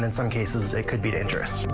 and some cases it can be dangerous.